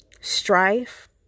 strife